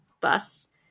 bus